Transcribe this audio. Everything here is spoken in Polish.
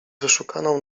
wyszukaną